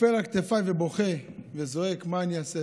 נופל על כתפיי ובוכה וזועק, מה אעשה?